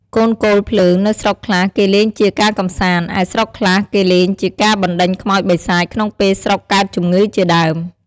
កូនគោលភ្លើង នៅស្រុកខ្លះគេលេងជាការកម្សាន្ដ ឯស្រុកខ្លះគេលងជាការបរណ្ដេញខ្មោចបិសាចក្នុងពេលស្រុកកើតជម្ងឺជាដើម។